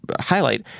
highlight